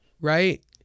Right